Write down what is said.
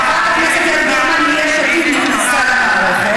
וחברת הכנסת יעל גרמן מיש עתיד נכנסה למערכת,